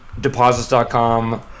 deposits.com